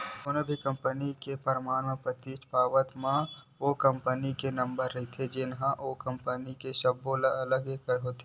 कोनो भी कंपनी के सेयर के परमान पातीच पावत म ओ कंपनी के नंबर रहिथे जेनहा ओ कंपनी के सब्बो ले अलगे होथे